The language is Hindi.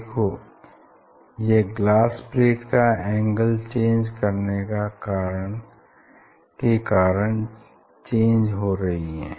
देखो यह ग्लास प्लेट का एंगल चेंज करने के कारण चेंज हो रही हैं